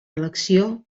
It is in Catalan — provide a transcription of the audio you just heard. elecció